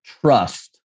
trust